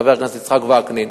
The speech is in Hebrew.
חבר הכנסת יצחק וקנין,